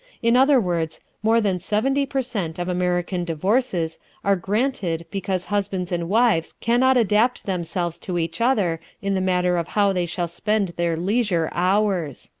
in other words, more than seventy per cent of american divorces are granted because husbands and wives can not adapt themselves to each other in the matter of how they shall spend their leisure hours.